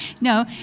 No